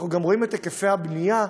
אנחנו רואים את היקף הבנייה,